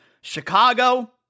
Chicago